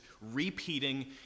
repeating